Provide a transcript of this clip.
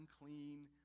unclean